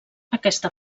aquesta